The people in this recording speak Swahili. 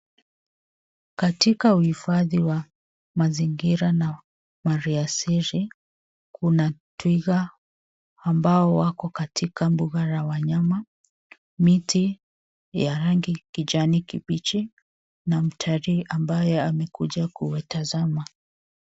Katika uhifadhi wa mazingira na mali ya asili, kuna twiga ambao wako katika mbuga la wanyama. Miti ya rangi kijani kibichi na mtalii ambaye amekuja kuwatazama.